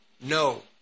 no